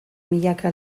milaka